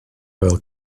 fel